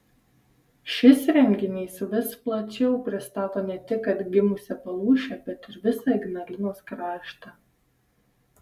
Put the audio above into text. šis renginys vis plačiau pristato ne tik atgimusią palūšę bet ir visą ignalinos kraštą